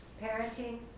Parenting